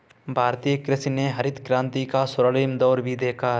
भारतीय कृषि ने हरित क्रांति का स्वर्णिम दौर भी देखा